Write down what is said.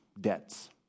debts